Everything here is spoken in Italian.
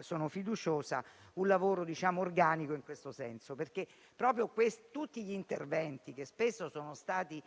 sono fiduciosa - un lavoro organico. Tutti gli interventi, che spesso sono stati